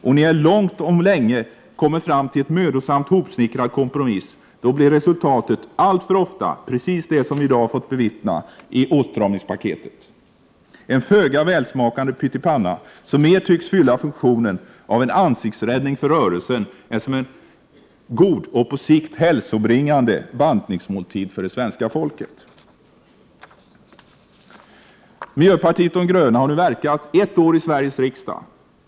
När ni långt om länge kommer fram till en mödosamt hopsnickrad kompromiss blir resultatet alltför ofta precis det som vi i dag har fått bevittna när det gäller åtstramningspaketet — en föga välsmakande pyttipanna som mer tycks fylla funktionen av en ansiktsräddning för rörelsen än som en god och på sikt hälsobringande bantningsmåltid för det svenska folket. Vii miljöpartiet de gröna har nu verkat ett år i Sveriges riksdag.